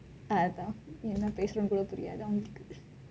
அதான் என்ன பேசுறோம் புரியாது அவங்களுக்கு:athaan enna pesurom puriyaathu avankalukku